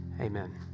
Amen